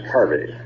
Harvey